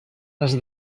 les